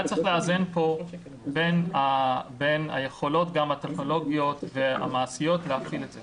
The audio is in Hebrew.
היה צריך לאזן כאן בין היכולות גם הטכנולוגיות והמעשיות להפעיל את זה.